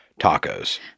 tacos